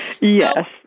Yes